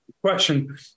Question